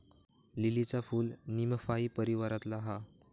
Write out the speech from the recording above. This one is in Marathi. लीलीचा फूल नीमफाई परीवारातला हा